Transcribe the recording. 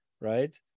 right